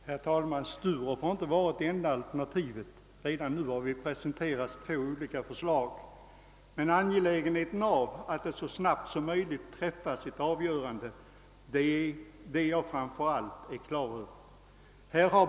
Herr talman! Sturup har inte varit det enda alternativet. Redan nu har vi presenterats två olika förslag. Det är emellertid framför allt angeläget att ett avgörande träffas så snabbt som möjligt.